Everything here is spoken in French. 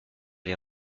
les